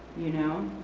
you know?